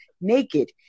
naked